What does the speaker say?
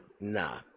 nah